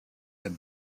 have